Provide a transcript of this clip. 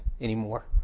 anymore